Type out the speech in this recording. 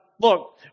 look